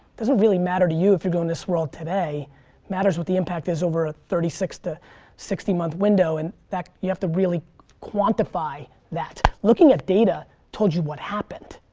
doesn't really matter to you if you do in this world today, it matters what the impact is over a thirty six to sixty month window and that you have to really quantify that. looking at data told you what happened.